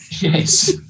Yes